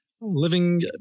Living